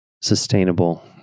sustainable